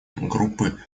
группы